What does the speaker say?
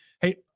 hey